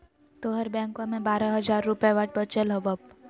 तोहर बैंकवा मे बारह हज़ार रूपयवा वचल हवब